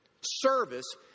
service